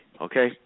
okay